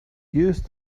use